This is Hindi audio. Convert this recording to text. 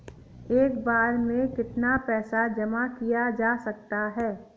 एक बार में कितना पैसा जमा किया जा सकता है?